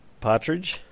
Partridge